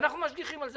ואנחנו משגיחים על זה.